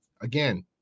again